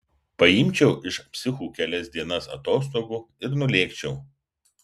paimčiau iš psichų kelias dienas atostogų ir nulėkčiau